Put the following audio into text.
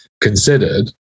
considered